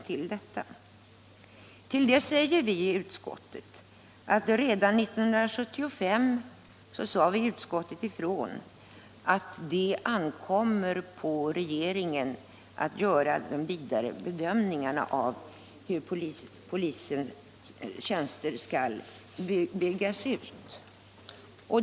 Till det säger vi i utskottet att redan 1975 sade utskottet ifrån att det ankommer på regeringen att göra de vidare bedömningarna av hur polisens tjänster skall byggas ut.